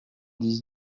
dix